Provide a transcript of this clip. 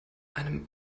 einem